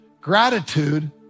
Gratitude